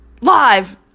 live